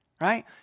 Right